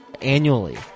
annually